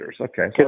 Okay